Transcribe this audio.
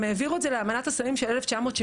הם העבירו את זה לאמנת השרים של 1971,